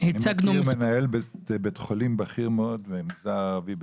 אני מכיר מנהל בית חולים בכיר מאוד במגזר הערבי בצפת,